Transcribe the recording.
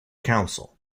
council